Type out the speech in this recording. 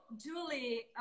Julie